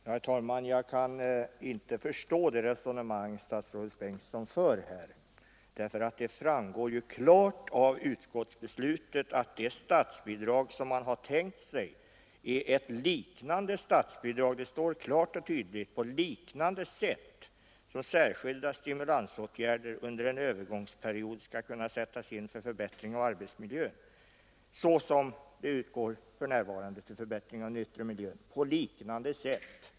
Herr talman! Jag kan inte förstå det resonemang statsrådet Bengtsson för här. Det framgår ju klart och tydligt av utskottets skrivning att det statsbidrag man har tänkt sig skall fungera så att bidraget till särskilda stimulansåtgärder under en övergångsperiod skall utgå på liknande sätt som det bidrag som för närvarande utgår till förbättring av den yttre miljön.